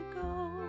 go